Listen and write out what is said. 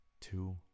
two